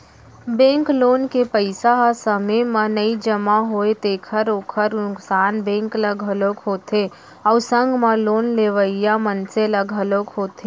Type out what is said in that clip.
bank loan के पइसा ह समे म नइ जमा होवय तेखर ओखर नुकसान बेंक ल घलोक होथे अउ संग म लोन लेवइया मनसे ल घलोक होथे